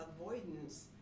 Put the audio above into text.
avoidance